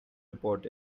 report